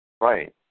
Right